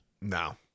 no